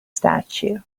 statue